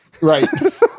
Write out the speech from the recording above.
Right